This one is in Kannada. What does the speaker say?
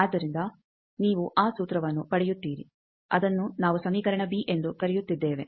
ಆದ್ದರಿಂದ ನೀವು ಈ ಸೂತ್ರವನ್ನು ಪಡೆಯುತ್ತೀರಿ ಅದನ್ನು ನಾವು ಸಮೀಕರಣ ಬಿ ಎಂದು ಕರೆಯುತ್ತಿದ್ದೇವೆ